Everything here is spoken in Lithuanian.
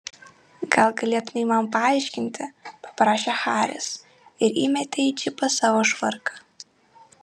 gal galėtumei man paaiškinti paprašė haris ir įmetė į džipą savo švarką